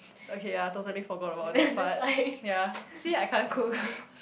okay ya totally forgot about that but ya see I can't cook